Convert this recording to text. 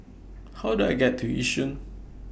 How Do I get to Yishun